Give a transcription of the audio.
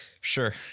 Sure